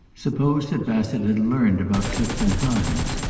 suppose that bassett had learned about clifton hines?